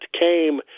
came